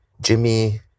Jimmy